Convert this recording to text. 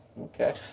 Okay